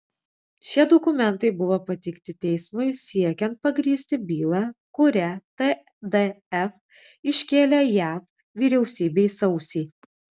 šie dokumentai buvo pateikti teismui siekiant pagrįsti bylą kurią tdf iškėlė jav vyriausybei sausį